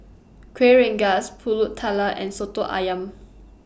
Kueh Rengas Pulut Tatal and Soto Ayam